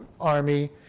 army